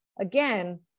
again